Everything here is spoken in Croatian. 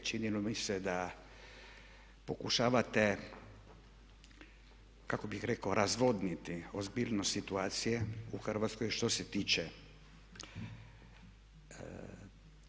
Čini mi se da pokušavate kako bih rekao razvodniti ozbiljnost situacije u Hrvatskoj što se tiče